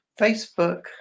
Facebook